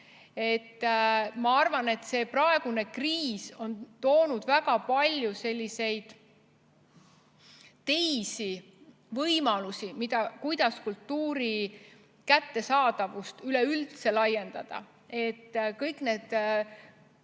Ma arvan, et praegune kriis on toonud väga palju teisi võimalusi, kuidas kultuuri kättesaadavust üleüldse laiendada. Kõik sellised